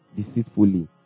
deceitfully